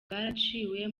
bwaraciwe